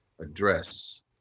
address